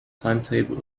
timetable